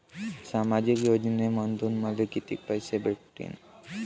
सामाजिक योजनेमंधून मले कितीक पैसे भेटतीनं?